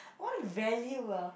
what value ah